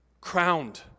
Crowned